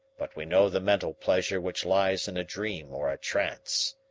but we know the mental pleasure which lies in a dream or a trance.